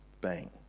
bang